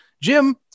Jim